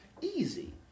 easy